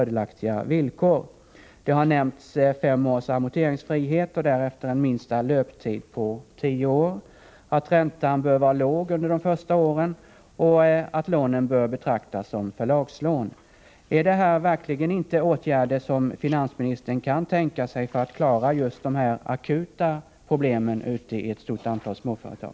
Det har nämnts fem års amorteringsfrihet och därefter en minsta löptid på tio år, att räntan bör vara låg under de första åren och att lånen bör betraktas som förlagslån. Är detta verkligen inte åtgärder som finansministern kan tänka sig för att klara de akuta problemen i ett stort antal småföretag?